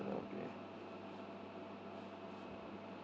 okay